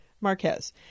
marquez